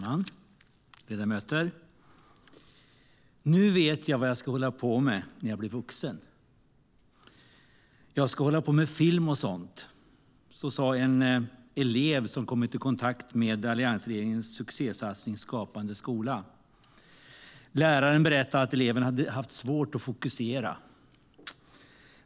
Herr talman! "Nu vet jag vad jag ska hålla på med när jag blir vuxen! Jag ska hålla på med film och sånt!" Så sa en elev som kommit i kontakt med alliansregeringens succésatsning Skapande skola. Läraren berättade att den eleven hade haft svårt att fokusera.